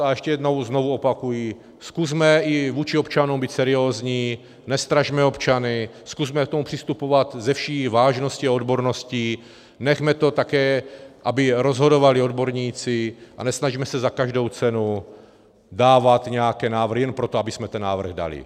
A ještě jednou znovu opakuji, zkusme i vůči občanům být seriózní, nestrašme občany, zkusme k tomu přistupovat se vší vážností a odborností, nechme také, aby rozhodovali odborníci, a nesnažme se za každou cenu dávat nějaké návrhy jen proto, abychom ten návrh dali.